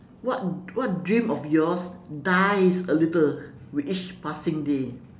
what what dream of yours dies a little with each passing day